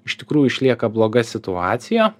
iš tikrųjų išlieka bloga situacija